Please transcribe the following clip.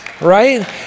Right